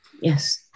Yes